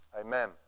Amen